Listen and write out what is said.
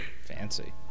Fancy